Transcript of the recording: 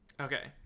okay